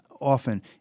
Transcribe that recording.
often